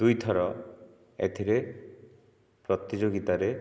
ଦୁଇ ଥର ଏଥିରେ ପ୍ରତିଯୋଗିତାରେ